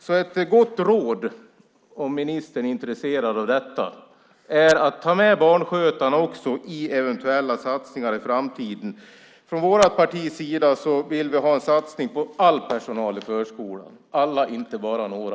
Så ett gott råd, om ministern är intresserad av detta, är att också ta med barnskötarna i eventuella satsningar i framtiden. Från vårt partis sida vill vi ha en satsning på all personal i förskolan - alla, inte bara några.